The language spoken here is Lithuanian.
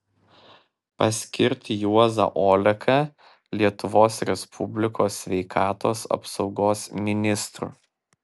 paskirti juozą oleką lietuvos respublikos sveikatos apsaugos ministru